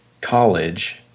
college